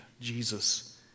Jesus